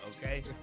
okay